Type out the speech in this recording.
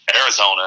Arizona